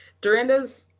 dorinda's